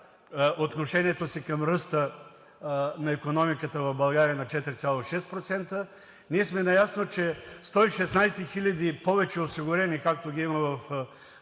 отношението си към ръста на икономиката в България на 4,6%. Ние сме наясно, че 116 хиляди повече осигурени, както ги има в мотивите